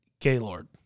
Gaylord